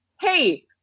hey